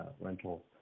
rental